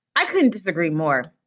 i couldn't disagree more.